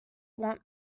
want